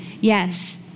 Yes